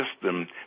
system